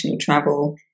travel